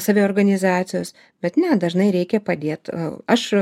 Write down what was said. saviorganizacijos bet ne dažnai reikia padėt aš